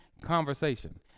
conversation